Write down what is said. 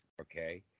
okay